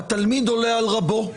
התלמיד עולה על רבו.